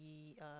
yeah